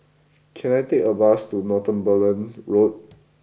can I take a bus to Northumberland Road